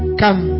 come